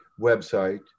website